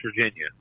Virginia